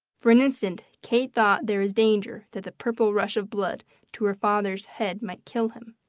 for an instant kate thought there was danger that the purple rush of blood to her father's head might kill him.